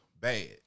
bad